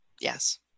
Yes